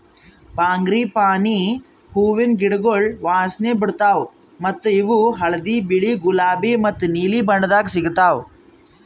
frangipani ಹೂವಿನ ಗಿಡಗೊಳ್ ವಾಸನೆ ಬಿಡ್ತಾವ್ ಮತ್ತ ಇವು ಹಳದಿ, ಬಿಳಿ, ಗುಲಾಬಿ ಮತ್ತ ನೀಲಿ ಬಣ್ಣದಾಗ್ ಸಿಗತಾವ್